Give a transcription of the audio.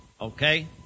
okay